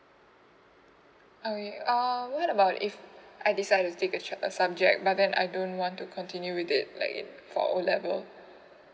okay uh what about if I decide to take a je~ a subject but then I don't want to continue with it like in for O level